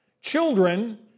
Children